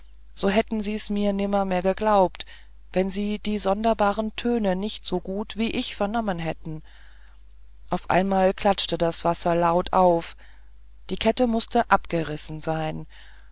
so hätten sie mir's nimmermehr geglaubt wenn sie die sonderbaren töne nicht so gut wie ich vernommen hätten auf einmal klatschte das wasser laut auf die kette mußte abgerissen sein